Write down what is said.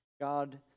God